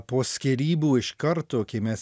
po skyrybų iš karto kai mes